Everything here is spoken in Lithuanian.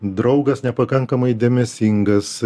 draugas nepakankamai dėmesingas